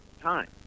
time